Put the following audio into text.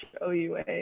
OUA